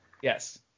Yes